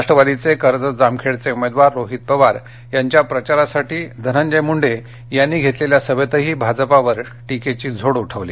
राष्ट्रवादीचे कर्जत जामखेडचेउमेदवार रोहित पवार यांच्या प्रचारासाठी धनंजय मुंडे यांनी घेतलेल्या सभेतही भाजपावर टीकेची झोड उठवली